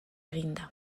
eginda